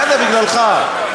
זה לא בגלל הארגונים,